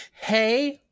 Hey